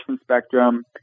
Spectrum